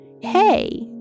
hey